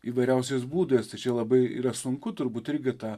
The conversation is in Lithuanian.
įvairiausiais būdais tai čia labai yra sunku turbūt irgi tą